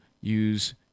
use